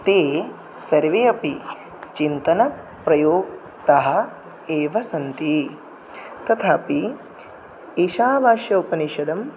ते सर्वे अपि चिन्तनप्रयुक्ताः एव सन्ति तथापि ईशावास्योपनिषदं